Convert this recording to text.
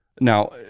now